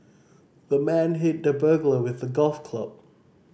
the man hit the burglar with a golf club